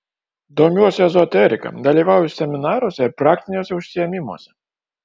domiuosi ezoterika dalyvauju seminaruose ir praktiniuose užsiėmimuose